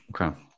Okay